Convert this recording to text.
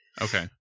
Okay